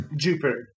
Jupiter